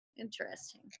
interesting